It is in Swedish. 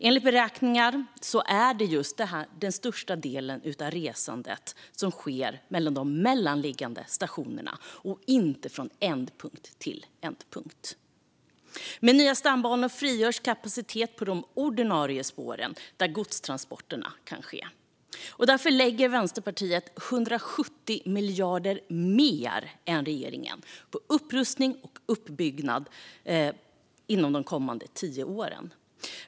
Enligt beräkningar sker den största delen av resandet mellan de mellanliggande stationerna - inte från ändpunkt till ändpunkt. Med nya stambanor frigörs kapacitet på de ordinarie spåren, där godstransporter kan ske. Därför lägger Vänsterpartiet 170 miljarder mer än regeringen på upprustning och utbyggnad de kommande tio åren.